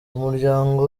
umuryango